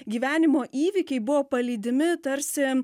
gyvenimo įvykiai buvo palydimi tarsi